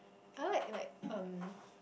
I like like um